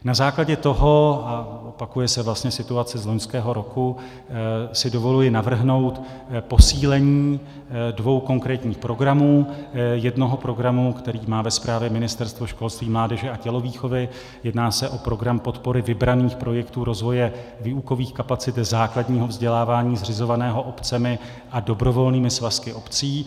Na základě toho, opakuje se situace z loňského roku, si dovoluji navrhnout posílení dvou konkrétních programů, jednoho programu, který má ve správě Ministerstvo školství, mládeže a tělovýchovy, jedná se o program podpory vybraných projektů rozvoje výukových kapacit základního vzdělávání zřizovaného obcemi a dobrovolnými svazky obcí.